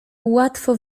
łatwo